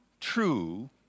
true